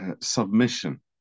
submission